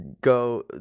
go